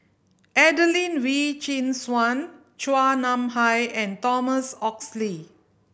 Adelene Wee Chin Suan Chua Nam Hai and Thomas Oxley